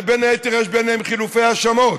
ובין היתר יש ביניהם חילופי האשמות,